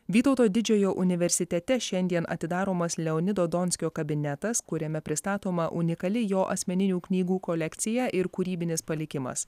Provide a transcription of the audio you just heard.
vytauto didžiojo universitete šiandien atidaromas leonido donskio kabinetas kuriame pristatoma unikali jo asmeninių knygų kolekcija ir kūrybinis palikimas